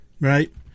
Right